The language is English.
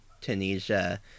Tunisia